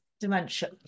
dementia